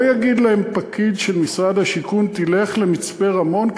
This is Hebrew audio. לא יגיד להם פקיד של משרד השיכון: תלך למצפה-רמון,